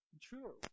True